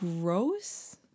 gross